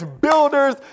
builders